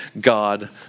God